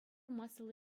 массӑллӑ